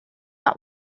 not